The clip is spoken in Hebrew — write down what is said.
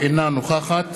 אינה נוכחת